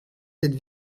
cette